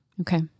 Okay